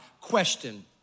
Question